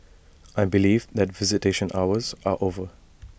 I believe that visitation hours are over